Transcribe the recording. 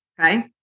okay